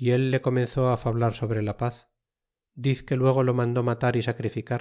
y él le comenzó á tablar sobre la paz dizque luego lo mudó matar y sacrificar